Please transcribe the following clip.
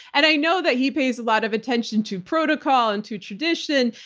and i know that he pays a lot of attention to protocol and to tradition,